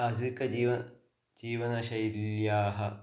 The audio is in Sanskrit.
आधुनिकजीवनं जीवनशैल्याः